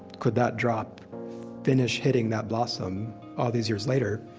could that drop finished hitting that blossom all these years later?